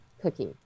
cookie